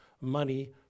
money